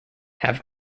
have